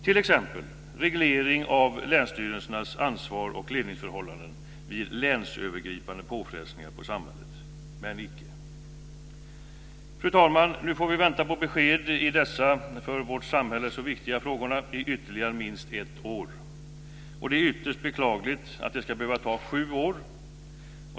T.ex. reglering av länsstyrelsernas ansvars och ledningsförhållanden vid länsövergripande påfrestningar på samhället. Men icke! Fru talman! Nu får vi vänta på besked i dessa för vårt samhälle så viktiga frågorna i ytterligare minst ett år. Det är ytterst beklagligt att det ska behöva ta sju år.